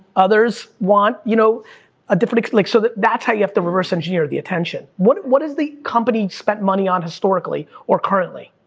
others want you know a different, like so that's how you have to reverse engineer the attention. what what is the company spent money on historically, or currently?